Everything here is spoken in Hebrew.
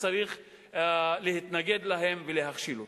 שצריך להתנגד להם ולהכשיל אותם.